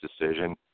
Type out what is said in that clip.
decision